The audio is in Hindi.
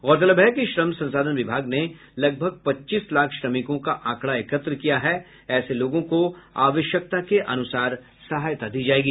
गौरतलब है कि श्रम संसाधन विभाग ने लगभग पच्चीस लाख श्रमिकों का आंकड़ा एकत्र किया है ऐसे लोगों को आवश्यकता के अनुसार सहायता दी जायेगी